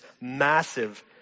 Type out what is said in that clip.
massive